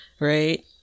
Right